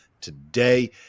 today